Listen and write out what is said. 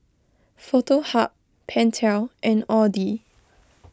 Foto Hub Pentel and Audi